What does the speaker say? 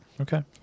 okay